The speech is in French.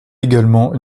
également